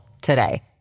today